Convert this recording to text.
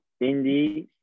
Indy